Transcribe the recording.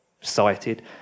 cited